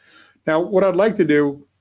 now what i'd like to do